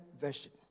Version